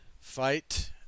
fight